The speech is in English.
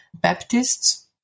Baptists